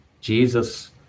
Jesus